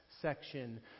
section